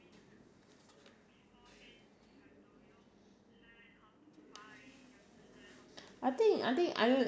I think I think I think making it lo look normal I think it's fine it's just that sometimes you need there's like certain scene